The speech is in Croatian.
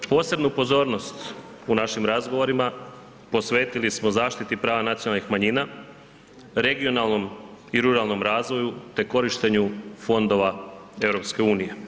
Posebnu pozornost u našim razgovorima posvetili smo zaštiti prava nacionalnih manjina, regionalnom i ruralnom razvoju te korištenju fondova EU.